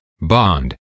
bond